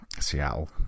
Seattle